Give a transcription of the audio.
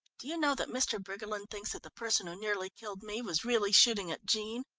do you know that mr. briggerland thinks that the person who nearly killed me was really shooting at jean.